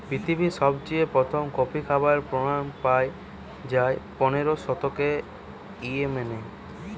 পৃথিবীরে সবচেয়ে প্রথম কফি খাবার প্রমাণ পায়া যায় পনেরোর শতকে ইয়েমেনে